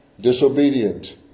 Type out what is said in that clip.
disobedient